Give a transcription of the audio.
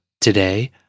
Today